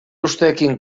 usteekin